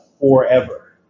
forever